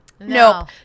Nope